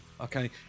okay